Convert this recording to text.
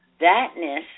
thatness